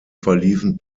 verliefen